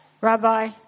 Rabbi